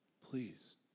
Please